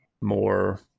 more